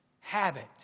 Habit